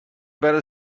better